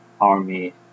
army